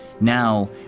now